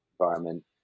environment